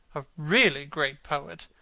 a really great poet,